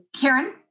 Karen